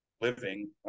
living